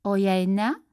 o jei ne